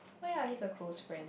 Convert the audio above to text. oh ya he's a close friend